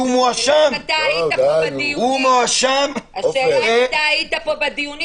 שהוא מואשם --- השאלה היא אם אתה היית בדיונים,